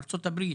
ארצות הברית,